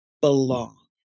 belong